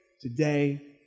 today